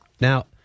Now